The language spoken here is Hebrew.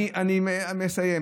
אני מסיים.